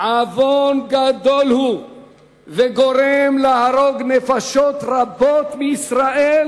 עוון גדול הוא וגורם להרוג נפשות רבות מישראל.